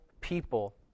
people